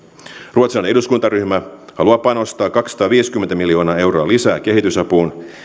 ruotsalainen eduskuntaryhmä haluaa panostaa kaksisataaviisikymmentä miljoonaa euroa lisää kehitysapuun